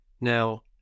Now